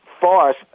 farce